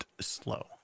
slow